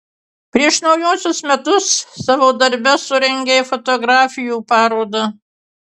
prieš naujuosius metus savo darbe surengei fotografijų parodą